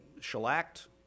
shellacked